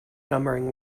numbering